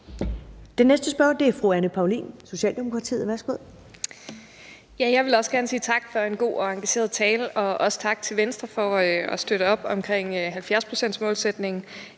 Den næste spørger er fru Anne Paulin, Socialdemokratiet. Værsgo. Kl. 11:30 Anne Paulin (S): Jeg vil også gerne sige tak for en god og engageret tale – og også tak til Venstre for at støtte op om 70-procentsmålsætningen.